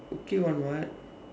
okay [one] [what]